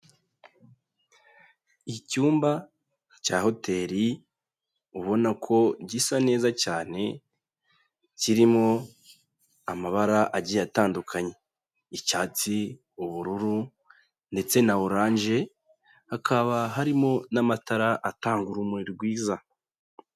Icyumba cya hoteri, ubona ko gisa neza cyane, kirimo amabara agiye atandukanye, icyatsi ubururu, ndetse na oranje, hakaba harimo n'amatara atanga urumuri rwiza.